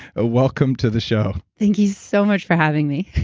ah welcome to the show. thank you so much for having me.